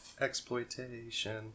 exploitation